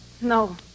No